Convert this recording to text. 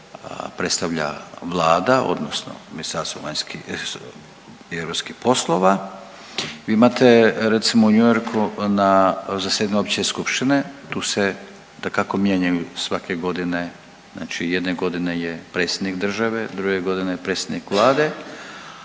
predstavlja Vlada odnosno Ministarstvo vanjskih .../nerazumljivo/... i europskih poslova vi imate recimo u New Yorku na zasjedanju opće skupštine, tu se dakako, mijenjaju svake godine, znači jedne godine je predsjednik države, druge godine je predsjednik Vlade,